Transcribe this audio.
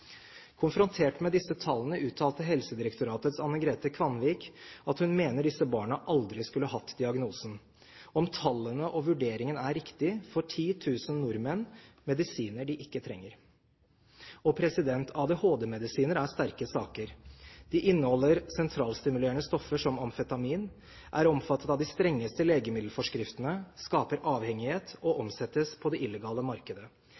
Konfrontert med disse tallene uttalte Helsedirektoratets Anne-Grete Kvanvig at hun mener disse barna aldri skulle hatt diagnosen. Om tallene og vurderingen er riktig, får 10 000 nordmenn medisiner de ikke trenger. ADHD-medisiner er sterke saker. De inneholder sentralstimulerende stoffer som amfetamin, er omfattet av de strengeste legemiddelforskriftene, skaper avhengighet og omsettes på det illegale markedet.